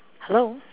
hello